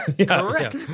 Correct